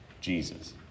Jesus